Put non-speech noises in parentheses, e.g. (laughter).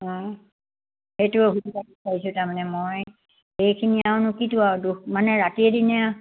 অঁ সেইটো অসুবিধা (unintelligible) তাৰমানে মই সেইখিনি আৰু নে কিটো আৰু দুখ মানে ৰাতিয়েই দিনে